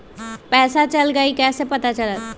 पैसा चल गयी कैसे पता चलत?